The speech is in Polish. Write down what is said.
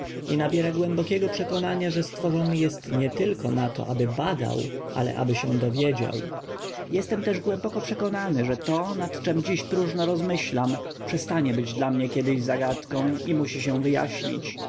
i nabiera głębokiego przekonania że stworzony jest nie na to tylko aby badał ale aby się dowiedział jestem też głęboko przekonany że to nad czem dziś próżno rozmyślam przestanie być dla mnie kiedyś zagadką i musi się